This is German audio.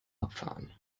abfahren